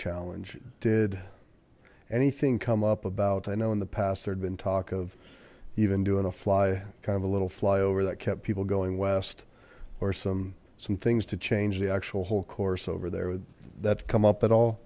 challenge did anything come up about i know in the past there had been talk of even doing a fly kind of a little flyover that kept people going west or some some things to change the actual whole course over there would that come up at all